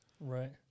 Right